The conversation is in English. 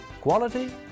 quality